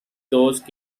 those